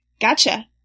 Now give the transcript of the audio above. Gotcha